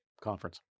Conference